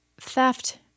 Theft